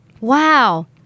Wow